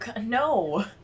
no